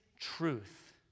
truth